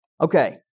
Okay